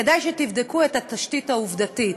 כדאי שתבדקו את התשתית העובדתית.